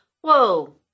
Whoa